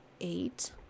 eight